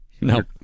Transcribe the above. No